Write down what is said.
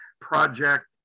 project